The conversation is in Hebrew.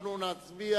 אנחנו נצביע.